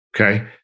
Okay